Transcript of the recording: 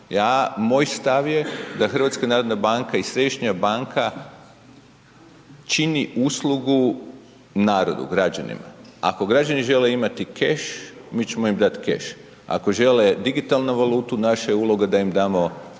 moj stav je da HNB i središnja banka čini uslugu narodu, građanima. Ako građani žele imati keš, mi ćemo im dati keš, ako žele digitalnu valutu naša je uloga da im damo